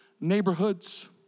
neighborhoods